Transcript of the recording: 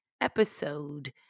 episode